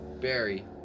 Barry